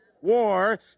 War